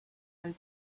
and